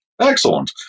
Excellent